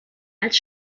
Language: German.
als